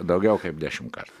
daugiau kaip dešim kart